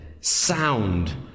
sound